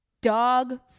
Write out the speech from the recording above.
dog